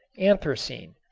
anthracene.